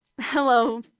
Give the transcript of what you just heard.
Hello